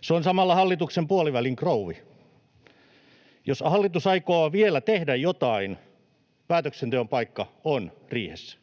Se on samalla hallituksen puolivälin krouvi. Jos hallitus aikoo vielä tehdä jotain, päätöksenteon paikka on riihessä.